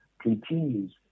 continues